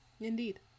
Indeed